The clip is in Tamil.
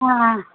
ஆ ஆ